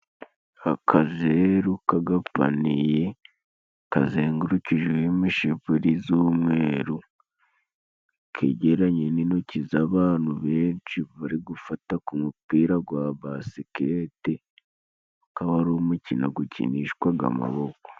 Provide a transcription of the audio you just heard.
Akazeru kagapaniye kazengurukijeho imishipiri z'umweru kegeranye n'intoki z'abantu benshi bari gufata ku mupira gwa basikete ukaba ari umukino gukinishwaga amaboko.